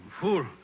Fool